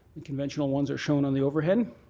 and conventional ones are shown on the overhead,